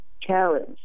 challenge